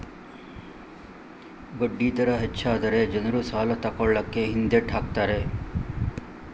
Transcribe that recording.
ಬಡ್ಡಿ ದರ ಹೆಚ್ಚಾದರೆ ಜನರು ಸಾಲ ತಕೊಳ್ಳಕೆ ಹಿಂದೆಟ್ ಹಾಕ್ತರೆ